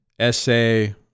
essay